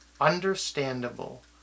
Understandable